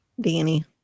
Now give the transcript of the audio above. Danny